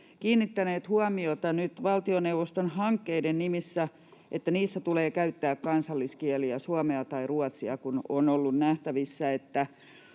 kiinnittäneet huomiota nyt valtioneuvoston hankkeiden nimissä, että niissä tulee käyttää kansalliskieliä, suomea tai ruotsia, kun on ollut nähtävissä, että